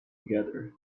together